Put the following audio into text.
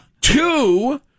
Two